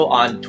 on